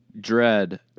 dread